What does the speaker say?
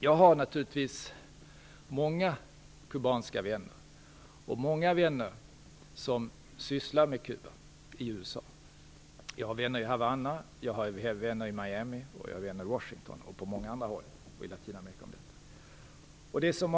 Jag har naturligtvis många kubanska vänner och många vänner i USA som sysslar med Kuba. Jag har vänner i Havanna, i Miami, i Washington, i Latinamerika och på många andra håll.